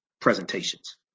presentations